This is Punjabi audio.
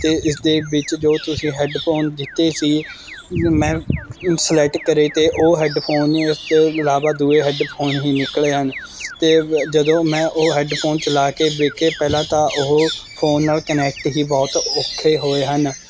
ਅਤੇ ਇਸਦੇ ਵਿੱਚ ਜੋ ਤੁਸੀਂ ਹੈੱਡਫੋਨ ਦਿੱਤੇ ਸੀ ਮੈਂ ਸਲੈਕਟ ਕਰੇ ਤੇ ਉਹ ਹੈੱਡਫੋਨ ਇਸ ਤੋਂ ਇਲਾਵਾ ਦੂਏ ਹੈੱਡਫੋਨ ਹੀ ਨਿਕਲੇ ਹਨ ਅਤੇ ਜਦੋਂ ਮੈਂ ਉਹ ਹੈੱਡਫੋਨ ਚਲਾ ਕੇ ਵੇਖੇ ਪਹਿਲਾਂ ਤਾਂ ਉਹ ਫੋਨ ਨਾਲ਼ ਕਨੈਕਟ ਹੀ ਬਹੁਤ ਔਖੇ ਹੋਏ ਹਨ